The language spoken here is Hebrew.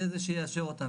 יהיה זה שיאשר אותן.